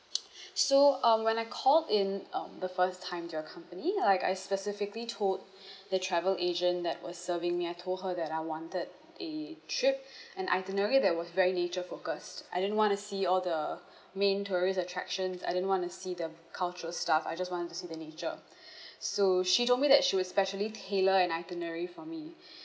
so um when I called in um the first time to your company like I specifically told the travel agent that was serving me I told her that I wanted a trip and itinerary that was very nature focused I didn't want to see all the main tourist attractions I didn't want to see the cultural stuff I just wanted to see the nature so she told me that she will specially tailor an itinerary for me